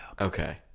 Okay